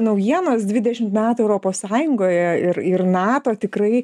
naujienos dvidešimt metų europos sąjungoje ir ir nato tikrai